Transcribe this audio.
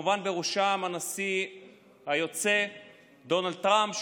כמובן בראשם הנשיא היוצא דונלד טראמפ,